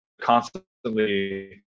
constantly